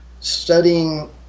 studying